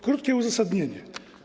Krótkie uzasadnienie.